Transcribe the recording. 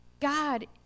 God